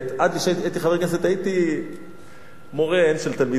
עד שהייתי חבר כנסת הייתי מורה של תלמידים,